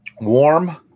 warm